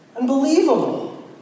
Unbelievable